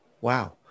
Wow